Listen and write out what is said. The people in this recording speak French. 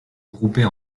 groupées